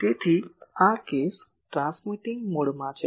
તેથી આ case transmitting મોડમાં છે